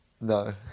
No